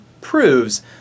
proves